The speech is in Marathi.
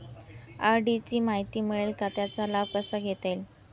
आर.डी ची माहिती मिळेल का, त्याचा लाभ कसा घेता येईल?